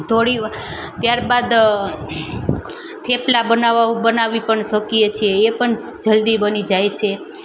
થોડી વા ત્યારબાદ થેપલા બનાવા બનાવી પણ શકીએ છીએ એ પણ સ જલ્દી બની જાય છે